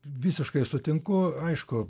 visiškai sutinku aišku